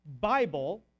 Bible